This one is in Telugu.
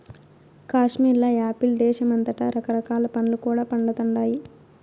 కాశ్మీర్ల యాపిల్ దేశమంతటా రకరకాల పండ్లు కూడా పండతండాయి